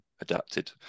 adapted